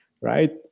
right